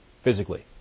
physically